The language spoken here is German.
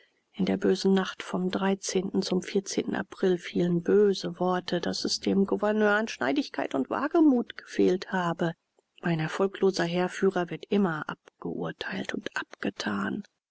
in der bösen nacht vom zum april fielen böse worte daß es dem gouverneur an schneidigkeit und wagemut gefehlt habe ein erfolgloser heerführer wird immer abgeurteilt und abgetan